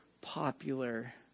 popular